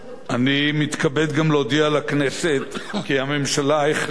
אני מתכבד גם להודיע לכנסת כי הממשלה החליטה,